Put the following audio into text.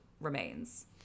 remains